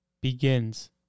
begins